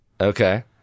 Okay